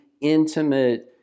intimate